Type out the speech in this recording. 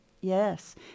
Yes